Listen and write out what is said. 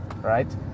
Right